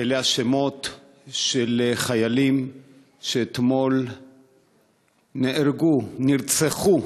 אלה השמות של חיילים שאתמול נהרגו, נרצחו,